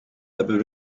hebben